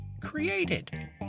created